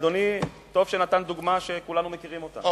וטוב שנתן אדוני דוגמה שכולנו מכירים אותה.